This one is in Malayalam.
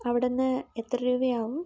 അവിടെനിന്ന് എത്ര രൂപയാവും